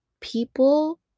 people